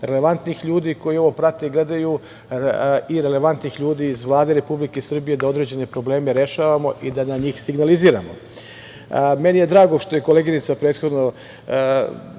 relevantnih ljudi koji ovo prate i gledaju i relevantnih ljudi iz Vlade Republike Srbije, da određene probleme rešavamo i da na njih signaliziramo. Meni je drago što je koleginica prethodno,